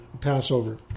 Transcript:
Passover